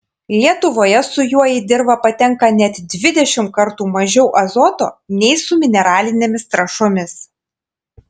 lietuvoje su juo į dirvą patenka net dvidešimt kartų mažiau azoto nei su mineralinėmis trąšomis